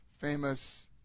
famous